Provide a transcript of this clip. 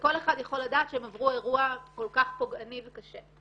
וכל אחד יכול לדעת שהם עבור אירוע כל כך פוגעני וקשה.